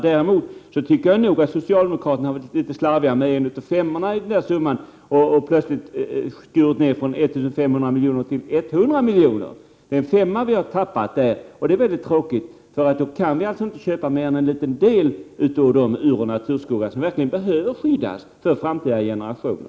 Däremot tycker jag nog att socialdemokraterna är litet slarviga med en av siffrorna. De har plötsligt skurit ned från 1 500 till 100 miljoner. Det är en femma ni har tappat där, och det är väldigt tråkigt, för då kan vi alltså inte köpa mer än en liten del av de uroch naturskogar som verkligen behöver skyddas för framtida generationer.